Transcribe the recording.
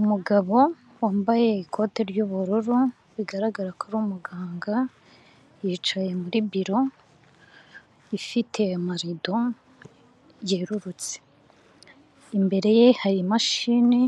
Umugabo wambaye ikote ry'ubururu, bigaragara ko ari umuganga, yicaye muri biro ifite amarido yerurutse, imbere ye hari imashini,